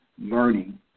learning